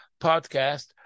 podcast